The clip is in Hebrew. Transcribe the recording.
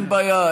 אין בעיה,